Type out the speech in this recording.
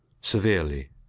Severely